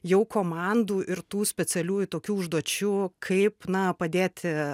jau komandų ir tų specialiųjų tokių užduočių kaip na padėti